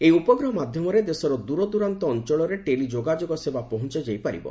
ଏହି ଉପଗ୍ରହ ମାଧ୍ୟମରେ ଦେଶର ଦୂରଦୂରାନ୍ତ ଅଞ୍ଚଳରେ ଟେଲିଯୋଗାଯୋଗ ସେବା ପହଞ୍ଚାଯାଇ ପାରିବ